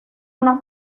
una